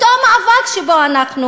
אותו מאבק שאתו אנחנו